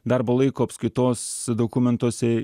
darbo laiko apskaitos dokumentuose